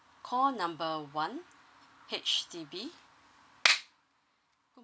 call number one H_D_B